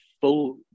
full